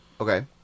Okay